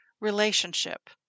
relationship